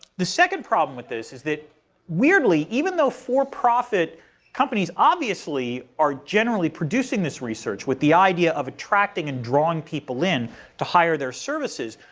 the second problem with this is that weirdly even though for-profit companies obviously are generally producing this research with the idea of attracting and drawing people in to hire their services,